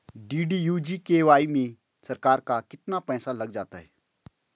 DDU GKY में सरकार का कितना पैसा लग जाता है?